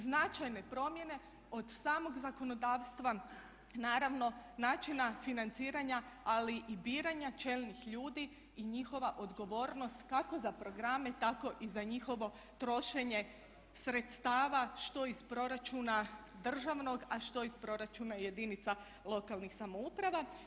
Značajne promjene od samog zakonodavstva, naravno, načina financiranja ali i biranja čelnih ljudi i njihova odgovornost kako za programe tako i za njihovo trošenje sredstava što iz proračuna državnog a što iz proračuna jedinica lokalnih samouprava.